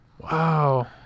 Wow